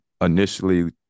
Initially